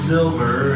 Silver